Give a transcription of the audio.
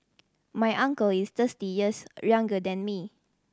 my uncle is thirsty years younger than me